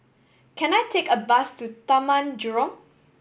can I take a bus to Taman Jurong